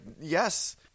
Yes